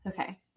Okay